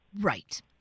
Right